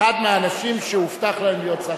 אחד מהאנשים שהובטח להם להיות שר